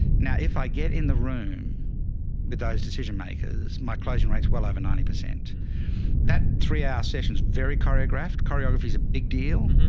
now if i get in the room with ah those decision makers, my closing rates, well over ninety percent that three hour sessions, very choreographed choreography is a big deal.